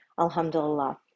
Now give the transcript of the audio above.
Alhamdulillah